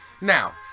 Now